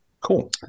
Cool